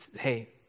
hey